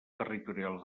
territorials